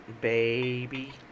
baby